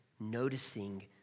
noticing